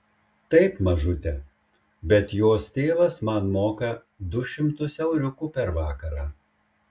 taip mažute bet jos tėvas man moka du šimtus euriukų per vakarą